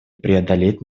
преодолеть